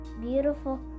beautiful